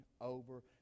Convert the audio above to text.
over